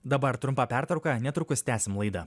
dabar trumpa pertrauka netrukus tęsim laidą